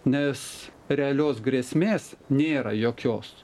nes realios grėsmės nėra jokios